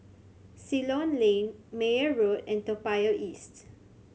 Ceylon Lane Meyer Road and Toa Payoh East